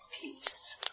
peace